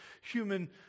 human